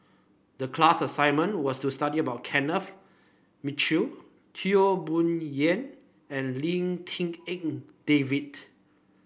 the class assignment was to study about Kenneth Mitchell Teo Bee Yen and Lim Tik En David